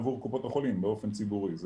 עבור קופות החולים באופן ציבורי.